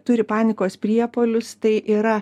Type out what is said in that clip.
turi panikos priepuolius tai yra